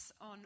on